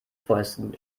fäusten